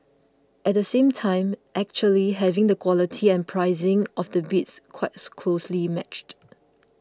at the same time actually having the quality and pricing of the bids quite closely matched